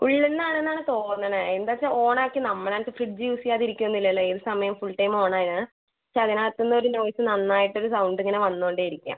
ഉള്ളിന്ന് ആണെന്നാണ് തോന്നണത് എന്താച്ചാൽ ഓൺ ആക്കി നമ്മൾ ആണെങ്കിൽ ഫ്രിഡ്ജ് യൂസ് ചെയ്യാതിരിക്കൊന്നും ഇല്ലല്ലൊ ഏത് സമയവും ഫുൾ ടൈം ഓണായിന് പക്ഷെ അതിനാത്തിന്ന് ഒരു നോയ്സ് നന്നായിട്ട് ഒരു സൗണ്ട് ഇങ്ങനെ വന്നു കൊണ്ട് ഇരിക്കാ